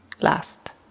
last